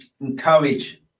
encourage